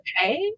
okay